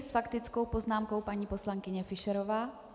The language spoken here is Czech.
S faktickou poznámkou paní poslankyně Fischerová.